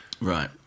Right